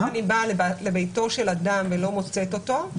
אם אני באה לביתו של אדם ולא מוצאת אותו,